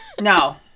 no